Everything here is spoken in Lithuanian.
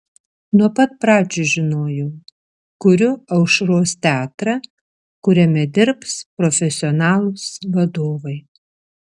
nuo pat pradžių žinojau kuriu aušros teatrą kuriame dirbs profesionalūs vadovai